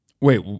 Wait